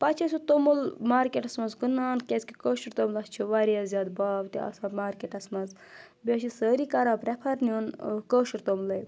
پَتہٕ چھِ أسۍ سُہ توٚمُل مارکیٹَس منٛز کٕنان کیٛازِکہِ کٲشُر توٚملَس چھِ واریاہ زیادٕ باو تہِ آسان مارکیٹَس منٛز بیٚیہِ چھِ سٲری کَران پرٛؠفَر نیُن کٲشُر توٚملَے